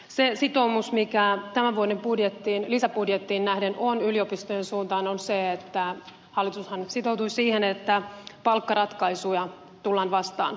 se sitoumus mikä tämän vuoden lisäbudjettiin nähden on yliopistojen suuntaan on se että hallitushan sitoutui siihen että palkkaratkaisuja tullaan vastaan lisäbudjetissa